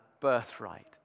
birthright